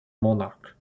monarch